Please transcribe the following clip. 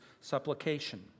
supplication